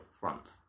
fronts